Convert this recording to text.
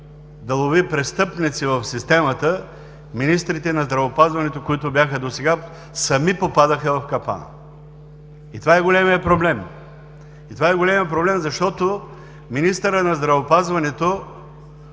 да лови престъпници в системата, министрите на здравеопазването, които бяха досега, сами попадаха в капана. И това е големият проблем. Това е големият проблем, защото министърът на здравеопазването